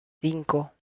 cinco